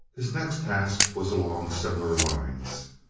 his next task was along similar lines.